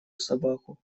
собаку